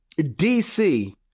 DC